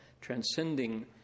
transcending